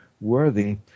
worthy